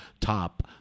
top